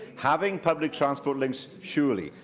having public transport links, surely,